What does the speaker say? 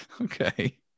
Okay